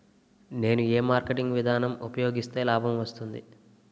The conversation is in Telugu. నేను ఏ మార్కెటింగ్ విధానం ఉపయోగిస్తే లాభం వస్తుంది?